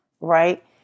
right